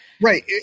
Right